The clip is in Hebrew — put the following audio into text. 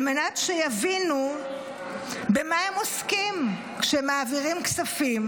על מנת שיבינו במה הם עוסקים כשהם מעבירים כספים,